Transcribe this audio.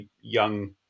young